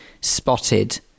spotted